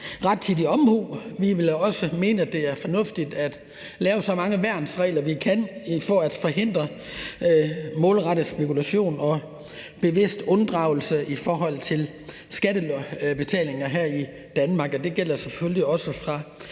rettidig omhu. Vi vil også mene, det er fornuftigt at lave så mange værnsregler, vi kan, for at forhindre målrettet spekulation og bevidst unddragelse i forhold til skattebetalinger her i Danmark. Det gælder selvfølgelig også for